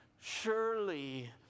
Surely